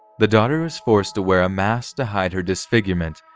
the daughter is forced to wear a mask to hide her disfigurement,